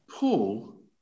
Paul